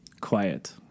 quiet